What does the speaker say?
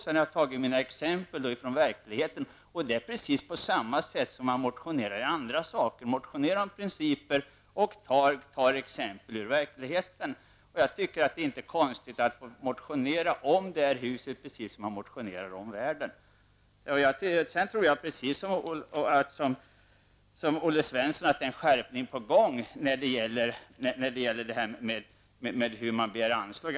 Sedan har jag tagit exempel ur verligheten. Det är precis som när man motionerar om andra frågor. Man motionerar om principer och tar exempel ur verkligheten. Jag tycker inte att det är konstigt att motionera om riksdagshuset, precis som man motionerar om världen i övrigt. Jag tror precis som Olle Svensson att det är en skärpning på gång när det gäller anslagen.